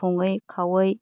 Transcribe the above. सङै खावै